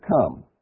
come